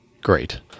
great